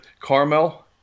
Carmel